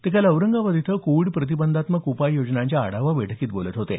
ते काल औरंगाबाद इथं कोविड प्रतिबंधात्मक उपाययोजनांच्या आढावा बैठकीत बोलत होते